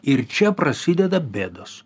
ir čia prasideda bėdos